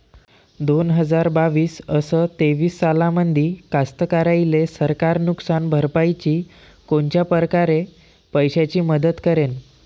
दोन हजार बावीस अस तेवीस सालामंदी कास्तकाराइले सरकार नुकसान भरपाईची कोनच्या परकारे पैशाची मदत करेन?